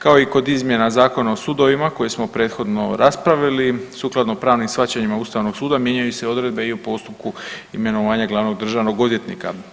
Kao i kod izmjena Zakona o sudovima kojeg smo prethodno raspravili sukladno pravnim shvaćanjima ustavnog suda mijenjaju se odredbe i u postupku imenovanja glavnog državnog odvjetnika.